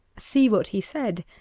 see what he said,